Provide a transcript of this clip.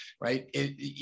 right